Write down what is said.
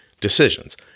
decisions